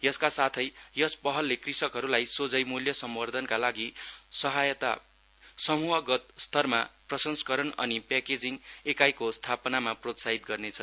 यसका साथै यस पहलले कृषकहरूलाई सोझै मुल्य संवधर्नका लागि समूहगतस्तरमा पर्संस्काण अनि प्याकेजिङ एकाईको स्थापनामा प्रोत्साहित गर्नेछ